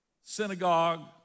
synagogue